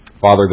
Father